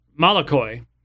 malakoi